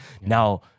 Now